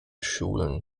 schulen